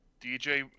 DJ